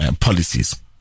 policies